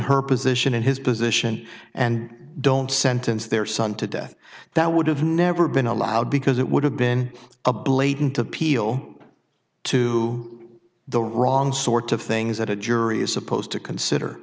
her position in his position and don't sentence their son to death that would have never been allowed because it would have been a blatant appeal to the wrong sort of things that a jury is supposed to consider